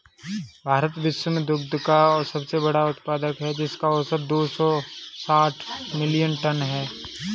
भारत विश्व में दुग्ध का सबसे बड़ा उत्पादक है, जिसका औसत दो सौ साठ मिलियन टन है